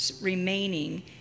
Remaining